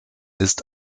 ist